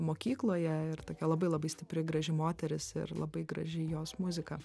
mokykloje ir tokia labai labai stipri graži moteris ir labai graži jos muzika